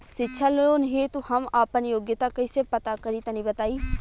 शिक्षा लोन हेतु हम आपन योग्यता कइसे पता करि तनि बताई?